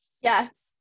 Yes